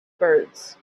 birds